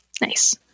Nice